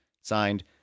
Signed